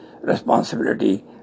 responsibility